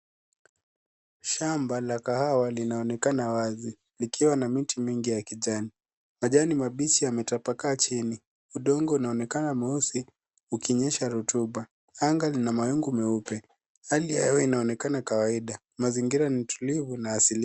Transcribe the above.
Shamba la kahawa linaonekana wazi likiwa na miti mingi ya kijani. Majani mabichi yametapakaa chini. Udongo unaonekana mweusi ukionyesha rotuba. Anga lina mawingu meupe. Hali ya hewa inaonekana kawaida. Mazingira ni tulivu na asili.